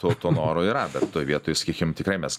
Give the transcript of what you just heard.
to to noro yra bet toj vietoj sakykim tikrai mes